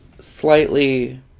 slightly